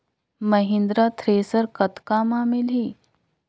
Mahindra thresher कतका म मिलही?